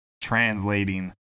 translating